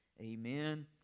Amen